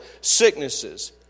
sicknesses